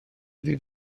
ydy